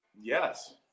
Yes